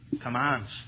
commands